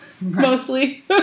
mostly